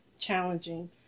challenging